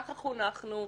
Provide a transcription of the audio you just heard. ככה חונכנו.